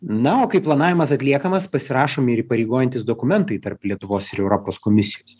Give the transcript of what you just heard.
na o kaip planavimas atliekamas pasirašomi ir įpareigojantys dokumentai tarp lietuvos ir europos komisijos